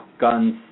guns